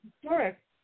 historic